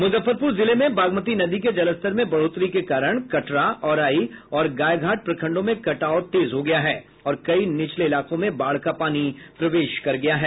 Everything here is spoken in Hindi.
मुजफ्फरपुर जिले में बागमती नदी के जलस्तर में बढ़ोतरी के कारण कटरा औराई और गायघाट प्रखंडों में कटाव तेज हो गया है और कई निचले इलाको में बाढ़ का पानी प्रवेश कर गया है